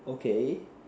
okay